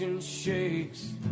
Shakes